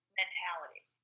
mentality